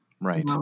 Right